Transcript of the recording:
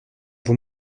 vous